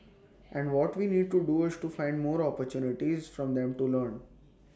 and what we need to do is find more opportunities for them to learn